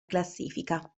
classifica